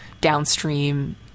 downstream